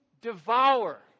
devour